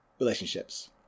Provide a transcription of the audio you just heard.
relationships